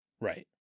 Right